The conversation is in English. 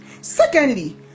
Secondly